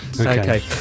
Okay